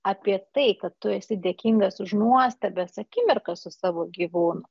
apie tai kad tu esi dėkingas už nuostabias akimirkas su savo gyvūnu